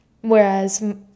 whereas